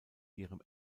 ihrem